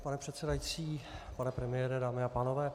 Pane předsedající, pane premiére, dámy a pánovéc